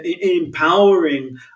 empowering